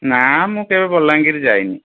ନାଁ ମୁଁ କେବେ ବଲାଙ୍ଗିର ଯାଇନି